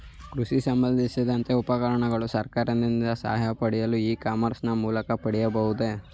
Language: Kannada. ಕೃಷಿ ಸಂಬಂದಿಸಿದ ಉಪಕರಣಗಳನ್ನು ಸರ್ಕಾರದಿಂದ ಸಹಾಯ ಪಡೆಯಲು ಇ ಕಾಮರ್ಸ್ ನ ಮೂಲಕ ಪಡೆಯಬಹುದೇ?